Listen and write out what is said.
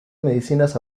medicinas